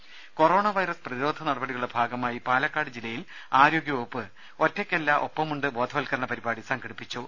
ദരദ corona virus പ്രതിരോധ നടപടികളുടെ ഭാഗമായി പാലക്കാട് ജില്ലയിൽ ആരോഗ്യവകുപ്പ് ഒറ്റയ്ക്കല്ല ഒപ്പമുണ്ട് ബോധവൽക്കരണ പരിപാടി സംഘടിപ്പിച്ചു